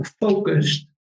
focused